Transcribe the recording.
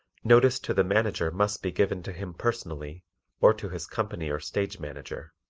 notice to the manager must be given to him personally or to his company or stage manager.